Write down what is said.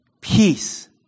Peace